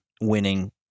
Winning